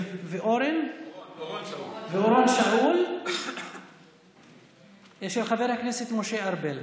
ואורון שאול, מס' 1695, של חבר הכנסת משה ארבל.